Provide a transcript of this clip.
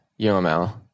UML